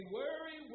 worry